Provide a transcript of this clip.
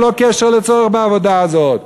ללא קשר לצורך בעבודה הזו.